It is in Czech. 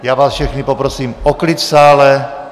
Já vás všechny poprosím o klid v sále.